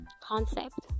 concept